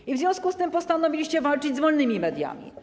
I w związku z tym postanowiliście walczyć z wolnymi mediami.